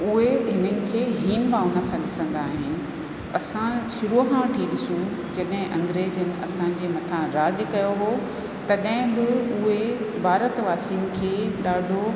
उहे इन्हनि खे हिन भावना सां ॾिसंदा आहिनि असां शुरूअ खां वठी ॾिसूं जॾहिं अंग्रेज असांजे मथां राज कयो हुओ तॾहिं बि उहे भारत वासियुनि खे ॾाढो